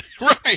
Right